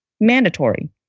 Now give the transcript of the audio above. mandatory